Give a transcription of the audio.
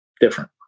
different